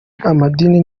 amadini